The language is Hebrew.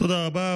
תודה רבה.